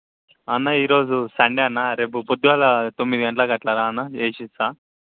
అన్న ఈరోజు సండే అన్న రేపు పొద్దుగాల తొమ్మిది గంటలకు అట్లారా అన్న ఏసిస్తా